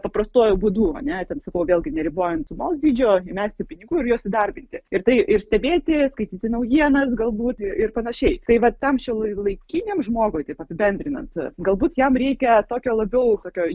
paprastuoju būdu ar ne ten sakau vėlgi neribojant sumos dydžio įmesti pinigų ir juos įdarbinti ir tai ir stebėti skaityti naujienas galbūt ir panašiai tai va tam šiuolaikiniam žmogui taip apibendrinant galbūt jam reikia tokio labiau tokio